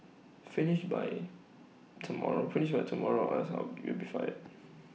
finish by tomorrow finish by tomorrow or else you'll be fired